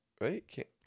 Right